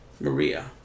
Maria